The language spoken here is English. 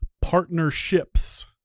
partnerships